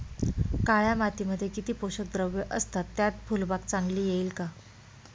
काळ्या मातीमध्ये किती पोषक द्रव्ये असतात, त्यात फुलबाग चांगली येईल का?